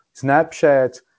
Snapchat